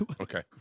Okay